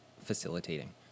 facilitating